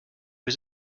was